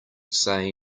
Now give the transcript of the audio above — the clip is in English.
say